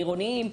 עירוניים,